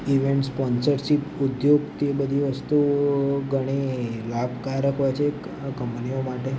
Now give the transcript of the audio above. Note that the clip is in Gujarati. ઈવેન્ટ સ્પોન્સરશીપ ઉદ્યોગ તે બધી વસ્તુઓ ઘણી લાભકારક હોય છે કંપનીઓ માટે